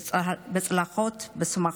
בצהלות ובשמחות,